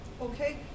Okay